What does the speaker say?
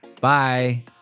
Bye